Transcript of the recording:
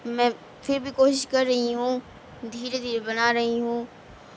میں پھر بھی کوشش کر رہی ہوں دھیرے دھیرے بنا رہی ہوں